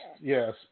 yes